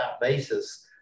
basis